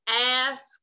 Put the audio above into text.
ask